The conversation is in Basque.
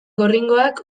gorringoak